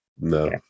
No